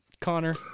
Connor